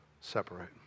separate